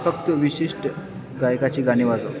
फक्त विशिष्ट गायकाची गाणी वाजव